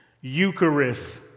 Eucharist